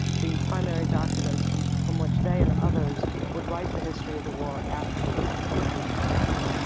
the primary documents from from which they and others would write the history of the war after the war from the jewish point of view.